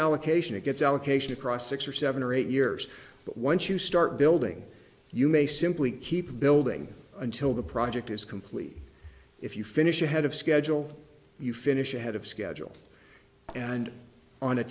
allocation it gets allocation across six or seven or eight years but once you start building you may simply keep building until the project is complete if you finish ahead of schedule you finish ahead of schedule and on a